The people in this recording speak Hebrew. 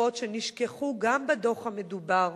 שקופות שנשכחו גם בדוח המדובר,